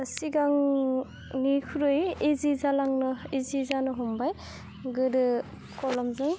सिागंनिख्रुइ इजि जालांनो इजि जानो हमबाय गोदो कलमजों